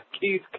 Keith